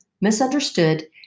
misunderstood